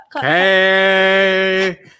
Hey